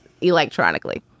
electronically